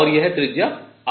और यह त्रिज्या r है